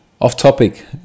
Off-topic